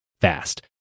fast